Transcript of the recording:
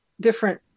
different